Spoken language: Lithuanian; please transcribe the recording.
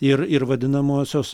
ir ir vadinamosios